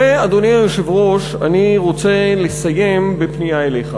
אדוני היושב-ראש, אני רוצה לסיים בפנייה אליך: